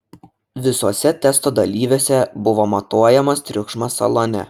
visuose testo dalyviuose buvo matuojamas triukšmas salone